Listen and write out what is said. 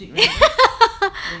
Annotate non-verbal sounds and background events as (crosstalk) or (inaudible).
(laughs)